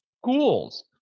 schools